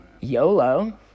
Yolo